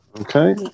Okay